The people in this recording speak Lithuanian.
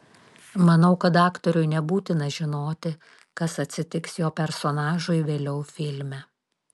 manau kad aktoriui nebūtina žinoti kas atsitiks jo personažui vėliau filme